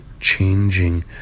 changing